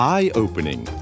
Eye-opening